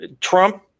trump